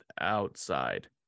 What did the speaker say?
outside